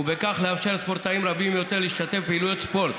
ובכך לאפשר לספורטאים רבים יותר להשתתף בפעילויות ספורט.